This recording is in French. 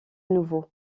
nouveau